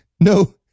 No